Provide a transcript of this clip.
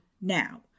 now